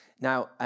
Now